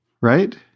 Right